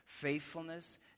faithfulness